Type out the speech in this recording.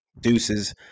deuces